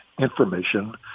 information